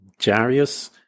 Jarius